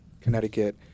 connecticut